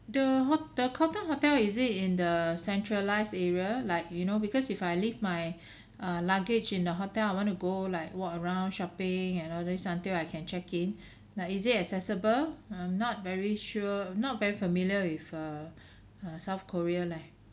the ho~ the hotel carlton is it in the centralise area like you know because if I leave my uh luggage in the hotel I want to go like walk around shopping and all is until I can check in like is it accessible I'm not very sure I'm not very familiar with err uh south korea leh